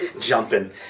jumping